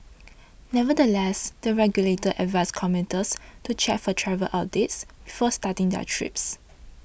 nevertheless the regulator advised commuters to check for travel updates before starting their trips